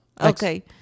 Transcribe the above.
Okay